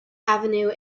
avenue